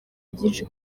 byinshi